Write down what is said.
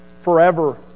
forever